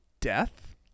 death